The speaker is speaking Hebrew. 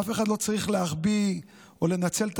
אף אחד לא צריך להחביא או לנצל את